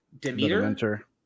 Demeter